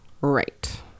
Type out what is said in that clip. Right